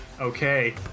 Okay